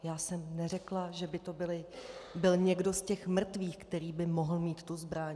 Já jsem neřekla, že by to byl někdo z těch mrtvých, který by mohl mít tu zbraň.